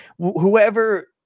whoever